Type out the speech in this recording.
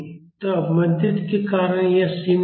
तो अवमंदित के कारण यह सीमित होगा